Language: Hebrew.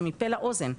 זה מפה לאוזן.